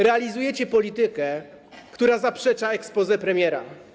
Realizujecie politykę, która zaprzecza exposé premiera.